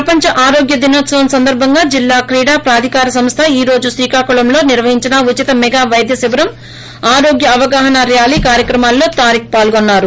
ప్రపంచ ఆరోగ్య దినోత్సవం సందర్భంగా జిల్లా క్రీడా ప్రాధికార సంస్ల ఈ రోజు క్రీకాకుళం లో నిర్వహించిన ఉచిత మెగా వైద్య శిబిరం ఆరోగ్య అవగాహన ర్యాలీ కార్యక్రమాలలో తారిక్ పాల్గొన్నారు